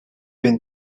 been